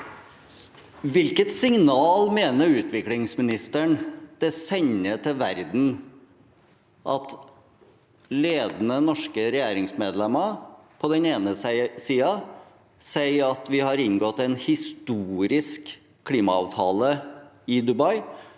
Hvilket signal mener utviklingsministeren det sender til verden at ledende norske regjeringsmedlemmer på den ene siden sier at vi har inngått en historisk klimaavtale i Dubai,